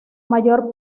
mayor